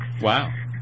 Wow